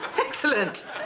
Excellent